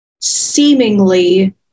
seemingly